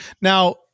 Now